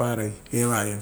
ovaoaia.